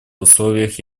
условиях